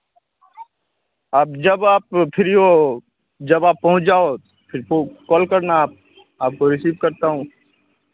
आप जब आप फ्री हो जब आप पहुँच जाओ फिर वह कॉल करना आपको रिसीव करता हूँ